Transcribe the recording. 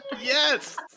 Yes